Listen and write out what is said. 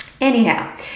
Anyhow